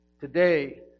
Today